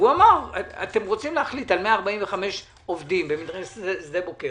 ואמר: אתם רוצים להחליט על 145 עובדים במדרשת שדה בוקר